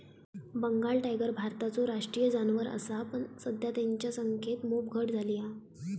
Bengal tiger भारताचो राष्ट्रीय जानवर असा पण सध्या तेंच्या संख्येत मोप घट झाली हा